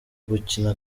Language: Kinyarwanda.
gukina